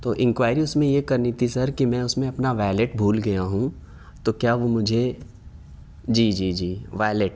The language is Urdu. تو انکوائری اس میں یہ کرنی تھی سر کہ میں اس میں اپنا ویلیٹ بھول گیا ہوں تو کیا وہ مجھے جی جی جی ویلیٹ